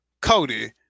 Cody